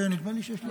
נדמה לי שיש לי עוד.